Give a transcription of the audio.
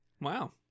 Wow